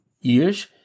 years